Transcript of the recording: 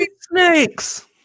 Snakes